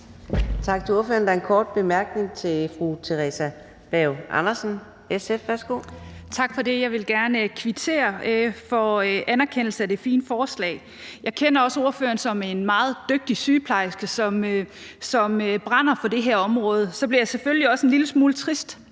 Theresa Berg Andersen, SF. Værsgo. Kl. 14:01 Theresa Berg Andersen (SF): Tak for det. Jeg vil gerne kvittere for anerkendelsen af det fine forslag. Jeg kender også ordføreren som en meget dygtig sygeplejerske, som brænder for det her område. Så blev jeg selvfølgelig også en lille smule trist,